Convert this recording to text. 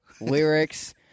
lyrics